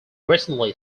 recently